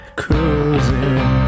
cruising